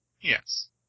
Yes